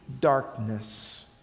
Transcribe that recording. darkness